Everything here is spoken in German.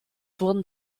wurden